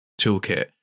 toolkit